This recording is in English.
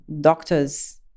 doctors